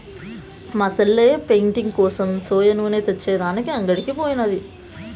మా సెల్లె పెయింటింగ్ కోసం సోయా నూనె తెచ్చే దానికి అంగడికి పోయినాది